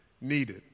needed